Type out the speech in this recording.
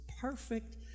perfect